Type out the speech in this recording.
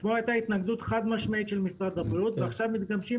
אתמול הייתה התנגדות חד משמעית של משרד הבריאות ועכשיו מתגמשים